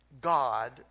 God